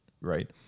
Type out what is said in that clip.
right